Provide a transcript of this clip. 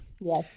Yes